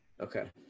Okay